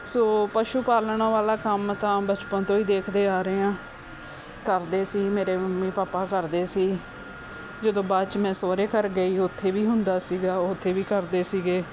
ਸੋ ਪਸ਼ੂ ਪਾਲਣ ਵਾਲਾ ਕੰਮ ਤਾਂ ਬਚਪਨ ਤੋਂ ਹੀ ਦੇਖਦੇ ਆ ਰਹੇ ਹਾਂ ਕਰਦੇ ਸੀ ਮੇਰੇ ਮੰਮੀ ਪਾਪਾ ਕਰਦੇ ਸੀ ਜਦੋਂ ਬਾਅਦ 'ਚ ਮੈਂ ਸਹੁਰੇ ਘਰ ਗਈ ਉੱਥੇ ਵੀ ਹੁੰਦਾ ਸੀਗਾ ਉੱਥੇ ਵੀ ਕਰਦੇ ਸੀਗੇ